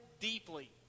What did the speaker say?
deeply